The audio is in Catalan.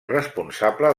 responsable